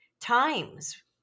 times